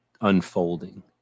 unfolding